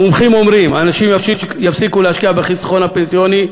מומחים אומרים: אנשים יפסיקו להשקיע בחיסכון הפנסיוני,